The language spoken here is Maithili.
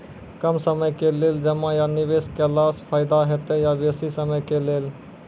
कम समय के लेल जमा या निवेश केलासॅ फायदा हेते या बेसी समय के लेल?